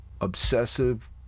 obsessive